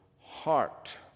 heart